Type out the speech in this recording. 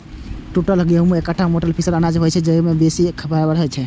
टूटल गहूम एकटा मोट पीसल अनाज होइ छै, जाहि मे बेसी फाइबर होइ छै